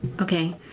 Okay